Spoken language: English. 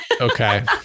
Okay